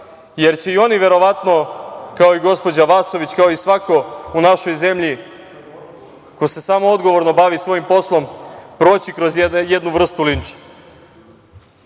jer će i oni verovatno kao i gospođa Vasović, kao i svako u našoj zemlji ko se samo odgovorno bavi svojim poslom proći kroz jednu vrstu linča.